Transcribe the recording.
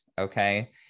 Okay